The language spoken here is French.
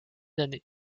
d’années